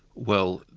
well,